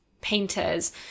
painters